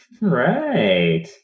Right